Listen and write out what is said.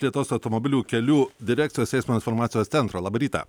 lietuvos automobilių kelių direkcijos eismo informacijos centro labą rytą